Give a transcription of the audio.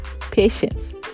patience